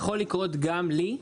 זה יכול לקרות גם להם,